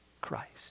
Christ